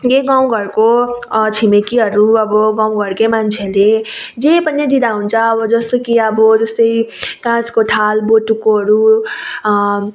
यही गाउँ घरको छिमेकीहरू अब गाउँ घरकै मान्छेहरूले जे पनि दिँदा हुन्छ जस्तो कि अब जस्तै काँचको थाल बटुकोहरू